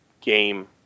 game